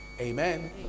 Amen